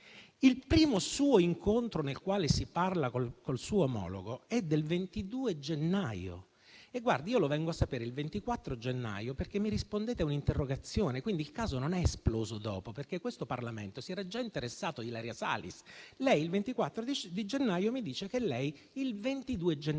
suo primo incontro, nel quale parla con il suo omologo, è del 22 gennaio. Io lo vengo a sapere il 24 gennaio, perché rispondete a una mia interrogazione. Quindi, il caso non è esploso dopo, perché questo Parlamento si era già interessato a Ilaria Salis. Lei il 24 gennaio mi dice che lei, il 22 gennaio,